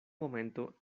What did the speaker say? momento